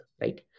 right